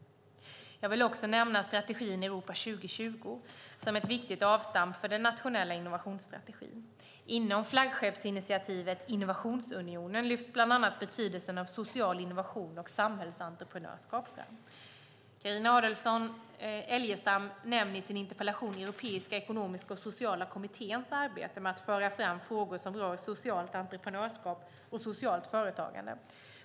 Jag vill också nämna strategin Europa 2020 som ett viktigt avstamp för den nationella innovationsstrategin. Inom flaggskeppsinitiativet Innovationsunionen lyfts bland annat betydelsen av social innovation och samhällsentreprenörskap fram. Carina Adolfsson Elgestam nämner i sin interpellation Europeiska ekonomiska och sociala kommitténs arbete med att föra fram frågor som rör socialt entreprenörskap och socialt företagande.